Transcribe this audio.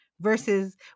Versus